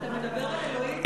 אתה מדבר על אלוהים, אילו,